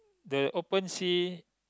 the open sea